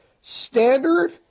standard